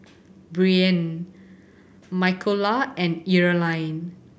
Brien Michaela and Earline